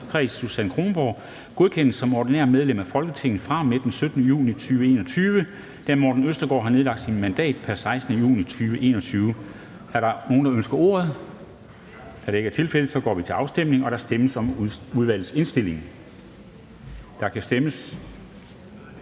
Storkreds, Susan Kronborg, godkendes som ordinært medlem af Folketinget fra og med den 17. juni 2021, da Morten Østergaard har nedlagt sit mandat pr. 16. juni 2021. Er der nogen, der ønsker ordet? Da det ikke er tilfældet, går vi til afstemning. Kl. 13:17 Afstemning Formanden